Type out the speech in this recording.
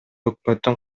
өкмөттүн